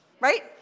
right